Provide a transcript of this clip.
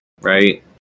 right